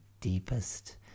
deepest